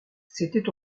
c’était